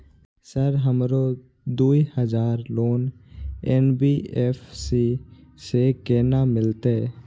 Sir हमरो दूय हजार लोन एन.बी.एफ.सी से केना मिलते?